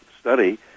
study